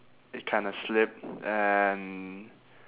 it kind of slipped and